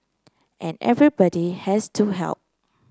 and everybody has to help